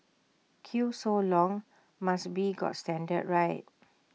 queue so long must be got standard right